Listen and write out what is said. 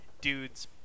dudes